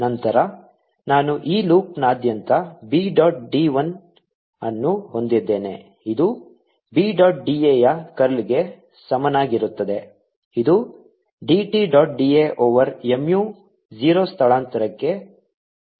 ನಂತರ ನಾನು ಈ ಲೂಪ್ನಾದ್ಯಂತ b ಡಾಟ್ d l ಅನ್ನು ಹೊಂದಿದ್ದೇನೆ ಇದು b ಡಾಟ್ d a ಯ ಕರ್ಲ್ಗೆ ಸಮನಾಗಿರುತ್ತದೆ ಇದು d t dot d a over mu 0 ಸ್ಥಳಾಂತರಕ್ಕೆ ಸಮಾನವಾಗಿರುತ್ತದೆ